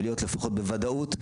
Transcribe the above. ולהיות לפחות בוודאות,